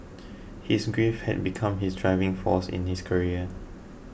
his grief had become his driving force in his career